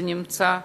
זה נמצא בטיפול.